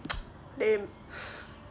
lame